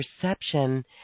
perception